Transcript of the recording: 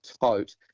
tote